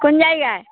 কোন জায়গায়